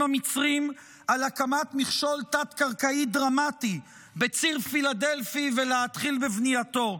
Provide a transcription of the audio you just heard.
המצרים על הקמת מכשול תת-קרקעי דרמטי בציר פילדלפי ולהתחיל בבנייתו.